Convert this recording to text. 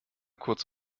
kurz